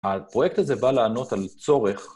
הפרויקט הזה בא לענות על צורך